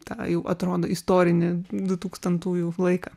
tą jau atrodo istorinį du tūkstantųjų laiką